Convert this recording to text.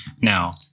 Now